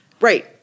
right